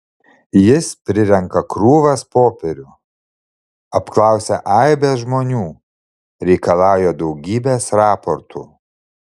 jis prirenka krūvas popierių apklausia aibes žmonių reikalauja daugybės raportų